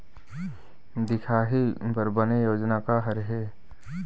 दिखाही बर बने योजना का हर हे?